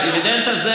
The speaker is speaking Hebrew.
הדיבידנד הזה,